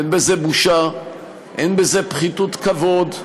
אין בזה בושה, אין בזה פחיתות כבוד,